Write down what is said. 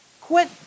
Quit